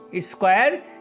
square